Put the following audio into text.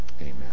Amen